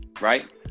right